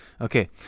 Okay